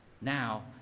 Now